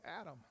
adam